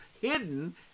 hidden